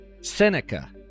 Seneca